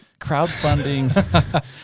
crowdfunding